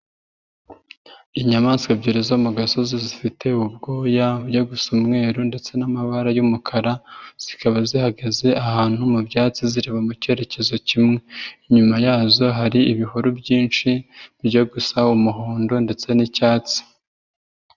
Inyamaswa ebyiri zo mu gasozi zifite ubwoya yo gusa umweru ndetse n'amabara y'umukara, zikaba zihagaze ahantu mu byatsi zireba mu cyerekezo kimwe. Inyuma yazo hari ibihuru byinshi byo gusa umuhondo ndetse n'icyatsi.